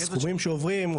הסכומים שעוברים,